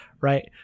right